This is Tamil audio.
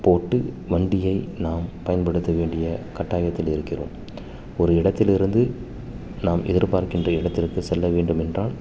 போட்டு வண்டியை நாம் பயன்படுத்த வேண்டிய கட்டாயத்தில் இருக்கிறோம் ஒரு இடத்திலிருந்து நாம் எதிர்பார்க்கின்ற இடத்திற்கு செல்ல வேண்டுமென்றால்